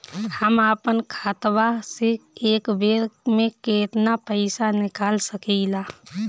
हम आपन खतवा से एक बेर मे केतना पईसा निकाल सकिला?